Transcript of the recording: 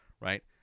right